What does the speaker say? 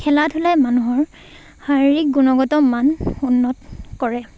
খেলা ধূলাই মানুহৰ শাৰীৰিক গুণগত মান উন্নত কৰে